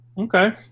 okay